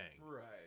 Right